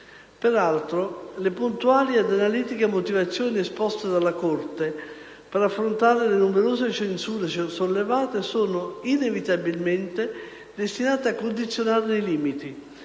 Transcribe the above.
Peraltro, le puntuali ed analitiche motivazioni esposte dalla Corte per affrontare le numerose censure sollevate sono, inevitabilmente, destinate a condizionare i limiti,